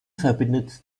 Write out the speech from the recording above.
verbindet